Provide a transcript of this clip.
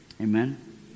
Amen